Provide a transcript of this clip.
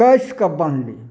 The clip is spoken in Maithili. कैसकऽ बन्हली